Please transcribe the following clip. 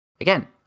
again